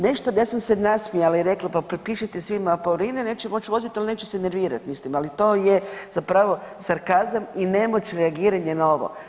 Nešto, ja sam se nasmijala i rekla pa propišite svima apaurine neće moć vozit, al neće se nervirat mislim, ali to je zapravo sarkazam i nemoć reagiranja na ovo.